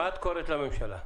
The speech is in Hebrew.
מה הקריאה שלך לממשלה?